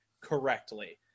correctly